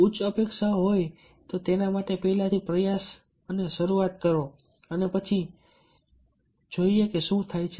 ઉચ્ચ અપેક્ષાઓ હોય તેના માટે પહેલા પ્રયાસથી શરૂઆત કરીએ અને પછી જોઈએ કે શું થાય છે